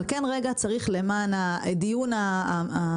אבל כן רגע צריך למען הדיון ההוגן.